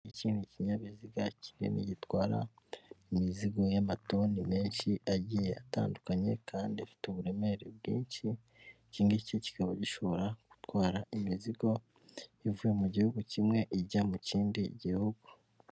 Iki ni ikinyabiziga kinini gitwara imizigo y'amatoni menshi agiye atandukanye kandi afite uburemere bwinshi, iki ngiki kikaba gishobora gutwara imizigo ivuye mu gihugu kimwe ijya mu kindi gihugu.